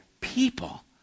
people